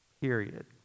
Period